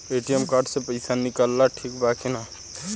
ATM card से पईसा निकालल ठीक बा की ना?